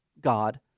God